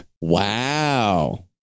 Wow